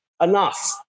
Enough